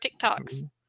TikToks